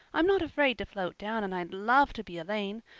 i'm not afraid to float down and i'd love to be elaine.